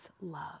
love